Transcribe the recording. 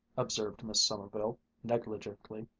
observed miss sommerville negligently.